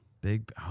Big